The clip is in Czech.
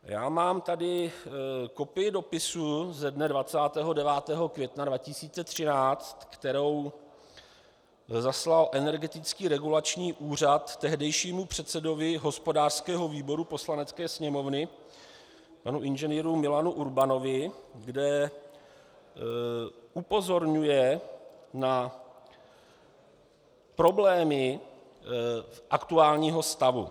Já mám tady kopii dopisu ze dne 29. května 2013, kterou zaslal Energetické regulační úřad tehdejšímu předsedovi hospodářského výboru Poslanecké sněmovny panu Ing. Milanu Urbanovi, kde upozorňuje na problémy aktuálního stavu.